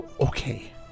Okay